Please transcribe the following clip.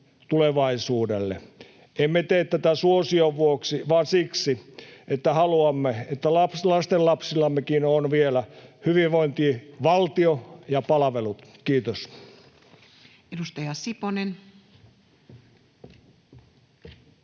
tulevaisuudelle. Emme tee tätä suosion vuoksi vaan siksi, että haluamme, että lastenlapsillammekin on vielä hyvinvointivaltio ja palvelut. — Kiitos. [Speech